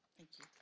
thank you.